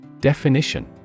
Definition